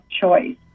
choice